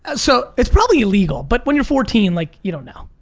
and so it's probably illegal, but when you're fourteen, like you don't know.